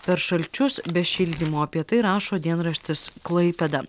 per šalčius be šildymo apie tai rašo dienraštis klaipėda